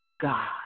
God